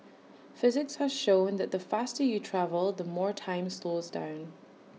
physics has shown that the faster you travel the more time slows down